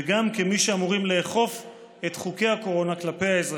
וגם כמי שאמורים לאכוף את חוקי הקורונה כלפי האזרחים,